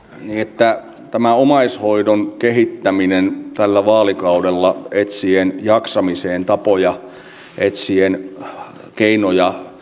jättää tämä omaishoidon kehittäminen tällä vaalikaudella etsien jaksamiseen tapoja etsien keinoja